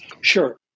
Sure